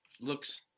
looks